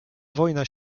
wojna